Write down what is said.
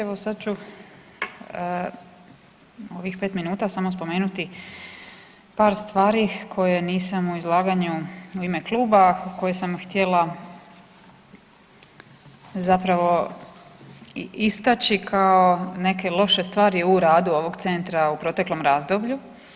Evo sad ću u ovih 5 minuta samo spomenuti par stvari koje nisam u izlaganju u ime kluba, koje sam htjela zapravo i istaći kao neke loše stvari u radu ovog centra u proteklom razdoblju.